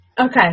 Okay